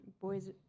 boys